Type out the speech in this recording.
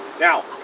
Now